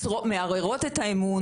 מערערות את האמון.